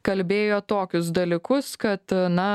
kalbėjo tokius dalykus kad na